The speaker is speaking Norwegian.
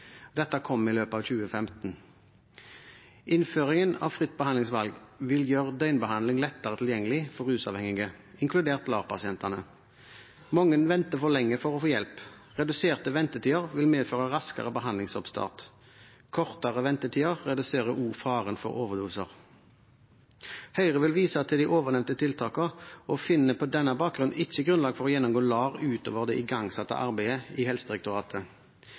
Dette kommer i løpet av 2015. Innføringen av fritt behandlingsvalg vil gjøre døgnbehandling lettere tilgjengelig for rusavhengige, inkludert LAR-pasientene. Mange venter for lenge for å få hjelp. Reduserte ventetider vil medføre raskere behandlingsoppstart. Kortere ventetider reduserer også faren for overdoser. Høyre vil vise til de ovennevnte tiltakene og finner på denne bakgrunn ikke grunnlag for å gjennomgå LAR utover det igangsatte arbeidet i Helsedirektoratet.